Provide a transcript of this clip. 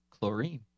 chlorine